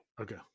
Okay